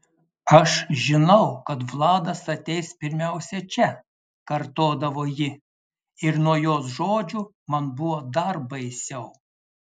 aš žinau kad vladas ateis pirmiausia čia kartodavo ji ir nuo jos žodžių man buvo dar baisiau